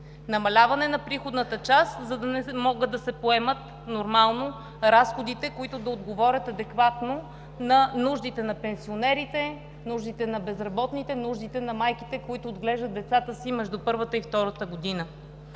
Намаляване на приходната част, за да не могат да се поемат нормално разходите, които да отговорят адекватно на нуждите на пенсионерите, нуждите на безработните, нуждите на майките, които отглеждат децата си между първата и втората година.